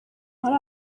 hari